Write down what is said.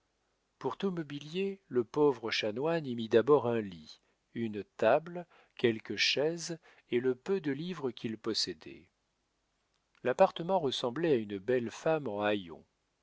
pour tout mobilier le pauvre chanoine y mit d'abord un lit une table quelques chaises et le peu de livres qu'il possédait l'appartement ressemblait à une belle femme en